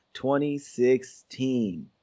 2016